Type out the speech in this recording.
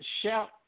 shout